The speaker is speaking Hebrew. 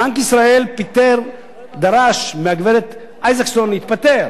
בנק ישראל דרש כידוע מהגברת איזקסון להתפטר